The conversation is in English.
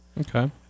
okay